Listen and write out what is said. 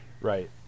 Right